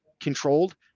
controlled